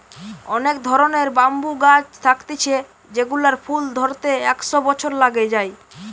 অনেক ধরণের ব্যাম্বু গাছ থাকতিছে যেগুলার ফুল ধরতে একশ বছর লাগে যায়